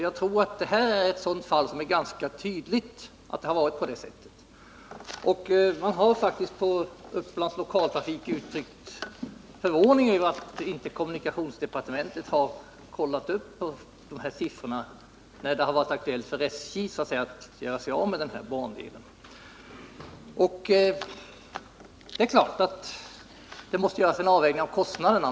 Jag tror att detta är ett fall där det är ganska tydligt att det har varit på det sättet. Man har inom Upplands Lokaltrafik AB faktiskt uttryckt förvåning över att kommunikationsdepartementet inte har kollat upp dessa siffror, när det har varit aktuellt för SJ att göra sig av med denna bandel. Det är klart att det måste göras en avvägning mellan kostnaderna.